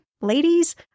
ladies